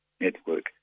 Network